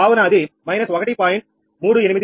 కావున అది −1